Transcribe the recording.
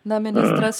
na ministras